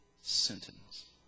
sentence